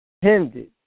Hindered